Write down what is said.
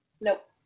Nope